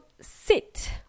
sit